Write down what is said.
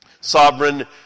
Sovereign